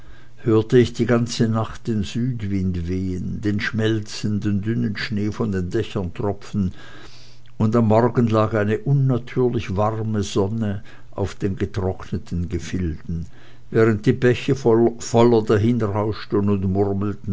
hörte ich die ganze nacht den südwind wehen den schmelzenden dünnen schnee von den dächern tropfen und am morgen lag eine unnatürlich warme sonne auf den getrockneten gefilden während die bäche voller dahinrauschten und murmelten